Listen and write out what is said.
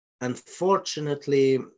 unfortunately